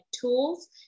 tools